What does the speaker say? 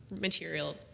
material